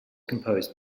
composed